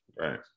Right